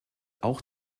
auch